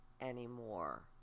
anymore